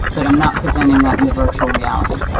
but i'm not presenting that in the virtual reality.